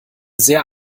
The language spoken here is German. sehr